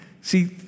see